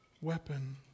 weapon